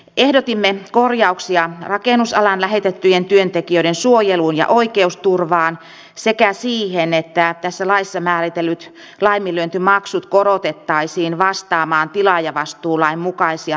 ehdotimme korjauksia rakennusalan lähetettyjen työntekijöiden suojeluun ja oikeusturvaan sekä siihen että tässä laissa määritellyt laiminlyöntimaksut korotettaisiin vastaamaan tilaajavastuulain mukaisia laiminlyöntimaksuja